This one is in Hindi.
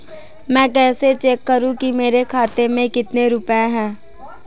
मैं कैसे चेक करूं कि मेरे खाते में कितने रुपए हैं?